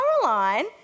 Caroline